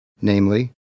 namely